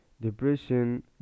depression